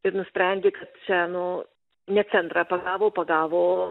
ir nusprendė seno ne centrą pagavo o pagavo